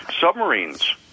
submarines